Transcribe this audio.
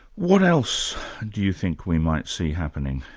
what else do you think we might see happening?